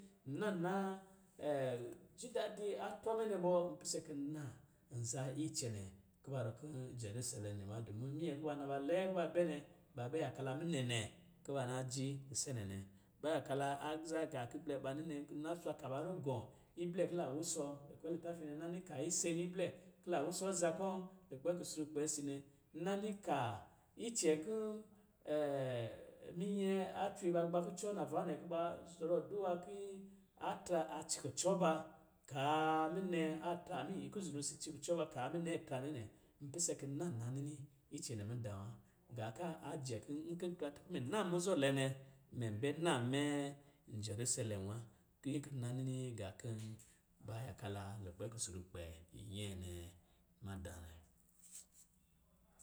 Nna naa ji dadi a trɔ mɛ nɛ bɔ, n pise ki n na nza icɛnɛ kuba rɔ kɔ̄ jerusalɛm nɛ wa. Dɔ min minyɛ kuba naba lɛɛ kuba bɛ nɛ, ba bɛ yaka la minɛnɛ kuba na ji kisenɛ nɛ. Ba yaka la kɔ̄ nna zwa kaba rugɔ̄ iblɛ ki la wusɔ lukpɛ litafi nɛ. Nna ni ka iseni iblɛ ki la wusɔ aza kɔ̄ lukpɛ kusrukpɛ si nɛ. Nna ni ka icɛ kɔ̄ minyɛ a cwe ba gbakucɔ navaa nɛ kuba zɔrɔ duwa ki atra a ci kucɔ ba kaa minnɛ atr kuzunu si s ci kucɔ ba kaa minnɛ atra nɛ nɛ, n pise ki na na nini icɛ nɛ mudaa wa. Gā ka a jɛ ki nki ta kɔ̄ mɛ na muzɔ lɛɛ nɛ, mɛ bɛ naa mɛ n jɛrusalɛm wakiyin ki nna nini gā kɔ̄ ba yaka la lukpɛ kusrukpɛ nyɛɛ nɛ madaa nɛ.